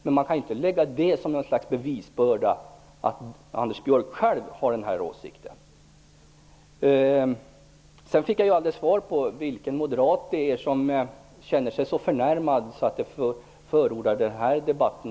Men det faktum att Anders Björck har den åsikten är ju inte något bevis. Jag fick aldrig svar på vilken moderat det är som känner sig så förnärmad att det föranleder den här debatten.